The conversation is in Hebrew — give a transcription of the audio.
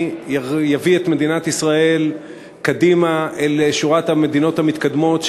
יביא את מדינת ישראל קדימה אל שורת המדינות המתקדמות,